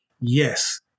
yes